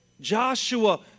Joshua